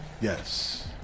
Yes